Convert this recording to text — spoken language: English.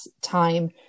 time